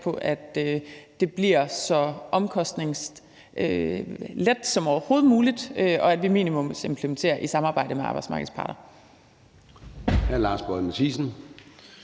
at det bliver så omkostningslet som overhovedet muligt, og at vi minimumsimplementerer i samarbejde med arbejdsmarkedets parter.